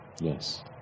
Yes